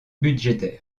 budgétaire